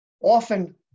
often